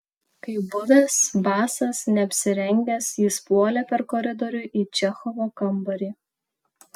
kaip buvęs basas neapsirengęs jis puolė per koridorių į čechovo kambarį